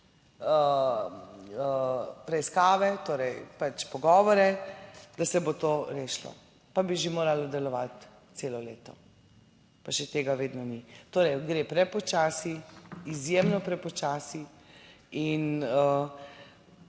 preiskave, torej pač pogovore, da se bo to rešilo pa bi že moralo delovati celo leto, pa še tega vedno ni. Torej, gre prepočasi, izjemno prepočasi in